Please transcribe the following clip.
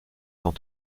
sans